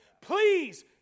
Please